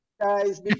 guys